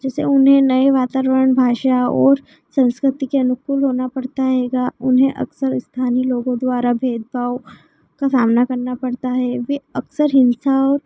जैसे उन्हें नए वातावरण भाषा और संस्कृती के अनुकूल होना पड़ता रहेगा उन्हें अक्सर स्थानीय लोगों द्वारा भेदभाव का सामना करना पड़ता है वह अक्सर हिंसा